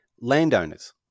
landowners